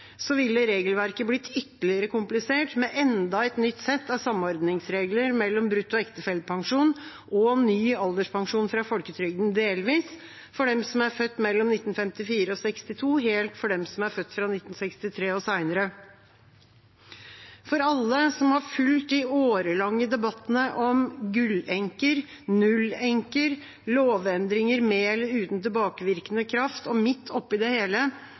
ville regelverket blitt ytterligere komplisert med enda et nytt sett av samordningsregler mellom brutto ektefellepensjon og ny alderspensjon fra folketrygden – delvis, for dem som er født mellom 1954 og 1962, og helt, for dem som er født fra 1963 og seinere. For alle som har fulgt de årelange debattene om «gull-enker», «null-enker», lovendringer med eller uten tilbakevirkende kraft – og midt oppi det hele